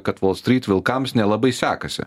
kad volstryt vilkams nelabai sekasi